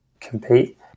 compete